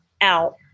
out